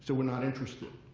said we're not interested.